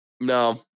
No